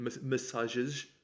massages